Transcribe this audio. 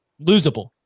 losable